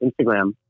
Instagram